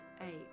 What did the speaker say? eight